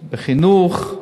בחינוך,